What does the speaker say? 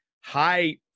high